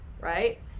right